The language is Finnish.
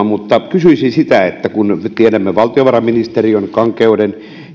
mutta kysyisin kun tiedämme valtiovarainministeriön kankeuden